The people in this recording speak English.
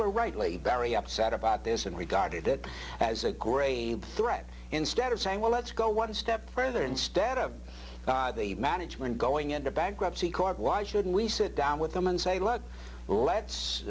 were rightly very upset about this and regarded it as a grave threat instead of saying well let's go one step further instead of the management going into bankruptcy court why should we sit down with them and say look let's